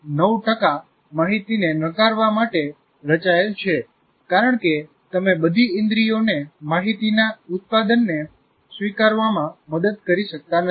9 ટકા માહિતીને નકારવા માટે રચાયેલ છે કારણ કે તમે બધી ઇન્દ્રિયોને માહિતીના ઉત્પાદનને સ્વીકારવામાં મદદ કરી શકતા નથી